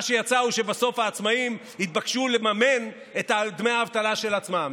מה שיצא הוא שבסוף העצמאים התבקשו לממן את דמי האבטלה של עצמם.